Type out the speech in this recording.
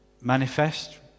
manifest